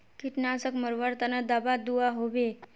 कीटनाशक मरवार तने दाबा दुआहोबे?